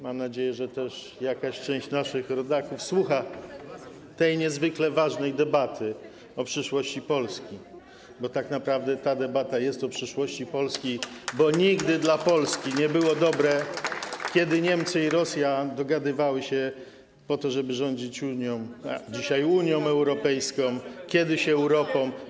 Mam nadzieję, że jakaś część naszych rodaków słucha tej niezwykle ważnej debaty o przyszłości Polski, bo tak naprawdę ta debata jest o przyszłości Polski, ponieważ nigdy dla Polski nie było dobre to, kiedy Niemcy i Rosja dogadywały się po to, żeby rządzić - dzisiaj Unią Europejską, kiedyś Europą.